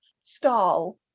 stall